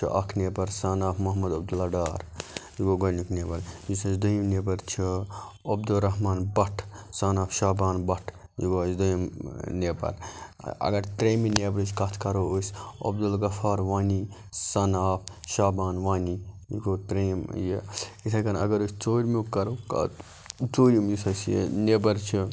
چھُ اکھ number son of Muhammad Abdullah Dar یہِ گوٚو گۄڈٕنیُک نیبَر یُس اَسہِ دوٚیِم نیبَر چھُ عبدُ رحمان بَٹ سَن آف شابان بَٹ یہِ گوٚو اَسہِ دوٚیِم نیبَر اگر ترٛیمہِ نیبَرٕچ کتھ کرو أسۍ عبدُل الغفار وانی سَن آف شابان وانی یہِ گوٚو ترٛیِم یہِ یِتھے کنۍ اگر أسۍ ژورمیُک کرو کَتھ ژورِم یُس اَسہِ یہِ نیبَر چھِ